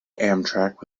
amtrak